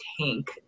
tank